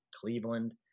Cleveland